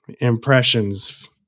impressions